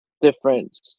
different